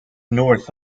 north